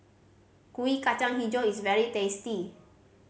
Kuih Kacang Hijau is very tasty